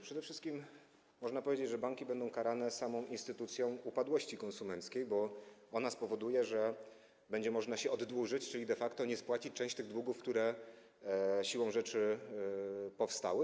Przede wszystkim można powiedzieć, że banki będą karane samą instytucją upadłości konsumenckiej, bo ona spowoduje, że będzie można się oddłużyć, czyli de facto nie spłacić części tych długów, które siłą rzeczy powstały.